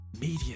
media